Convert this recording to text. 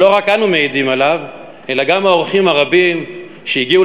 שלא רק אנו מעידים עליו אלא גם האורחים הרבים שהגיעו